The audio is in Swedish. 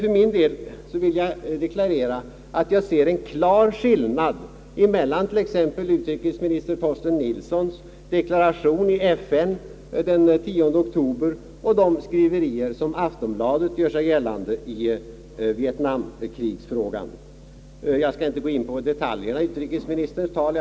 För min del vill jag dock deklarera att jag ser en klar skillnad emellan t.ex. utrikesminister Torsten Nilssons deklaration i FN den 10 oktober och de inlägg som Aftonbladet gör i vietnamfrågan. Jag skall nu inte gå in på detaljer i utrikesministerns tal.